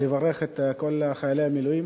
לברך את כל חיילי המילואים